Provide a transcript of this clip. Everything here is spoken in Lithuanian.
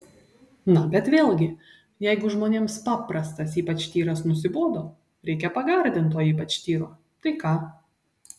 na bet vėlgi jeigu žmonėms paprastas ypač tyras nusibodo reikia pagardinto ypač tyro tai ką